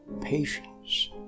patience